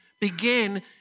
begin